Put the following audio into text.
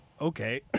okay